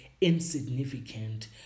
insignificant